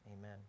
Amen